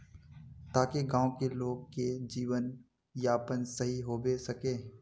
ताकि गाँव की लोग के जीवन यापन सही होबे सके?